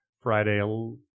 Friday